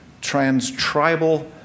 trans-tribal